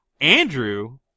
Andrew